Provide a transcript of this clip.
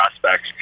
prospects